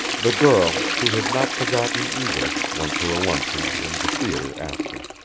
the girl, who had not forgotten, either, went to a luncheon and the theatre after.